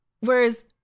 Whereas